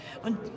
Und